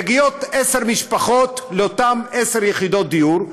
מגיעות עשר משפחות לאותן עשר יחידות דיור,